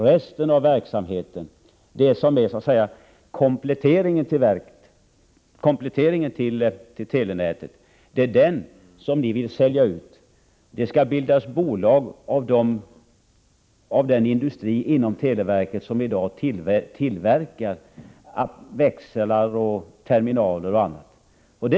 Resten av verksamheten — det som så att säga är kompletteringen till telenätet — vill ni sälja ut. Det skall bildas ett bolag av den verksamhet inom televerket där man i dag tillverkar växlar, terminaler o. d.